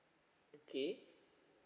okay